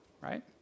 right